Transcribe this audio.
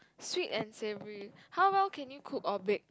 sweet and savory how well can you cook or bake